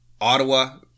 Ottawa